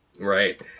Right